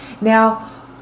Now